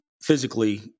physically